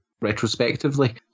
retrospectively